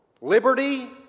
Liberty